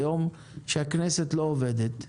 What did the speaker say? כשהכנסת לא עובדת,